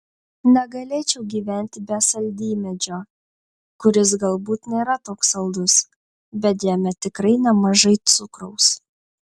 negalėčiau gyventi be saldymedžio kuris galbūt nėra toks saldus bet jame tikrai nemažai cukraus